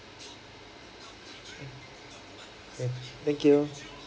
okay thank you